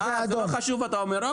אה, זה לא חשוב אתה אומר.